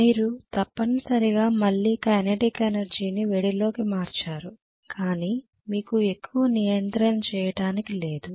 మీరు తప్పనిసరిగా మళ్ళీ కైనెటిక్ ఎనర్జీని వేడిలోకి మార్చారు కానీ మీకు ఎక్కువ నియంత్రణ చెయ్యటానికి లేదు